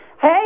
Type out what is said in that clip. Hey